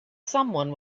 someone